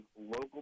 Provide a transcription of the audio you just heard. local